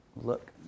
Look